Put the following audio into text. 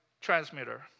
transmitter